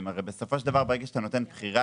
- הרי בסופו של דבר ברגע שאתה נותן בחירה,